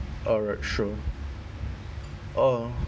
alright sure uh